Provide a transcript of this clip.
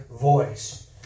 voice